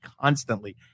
constantly